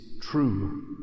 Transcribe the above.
true